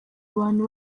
abantu